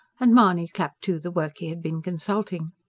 and mahony clapped to the work he had been consulting.